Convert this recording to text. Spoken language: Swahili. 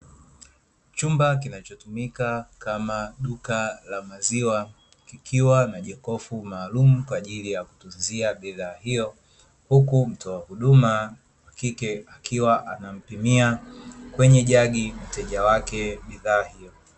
Chumba kinacho tumika kama duka la maziwa kikiwa na jokofu maalumu kwa ajili ya kutunzia bidhaa hio, huku mtoa huduma wa kike akiwa anampimia kwenye jagi mteja wake bidhaa hio.